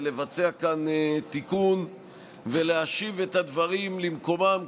לבצע כאן תיקון ולהשיב את הדברים למקומם,